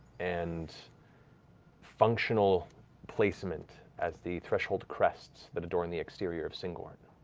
and functional placement as the threshold crests that adorn the exterior of syngorn.